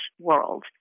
world